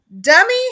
Dummy